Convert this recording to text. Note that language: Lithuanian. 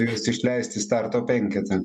galės išleisti starto penketą